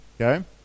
Okay